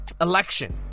election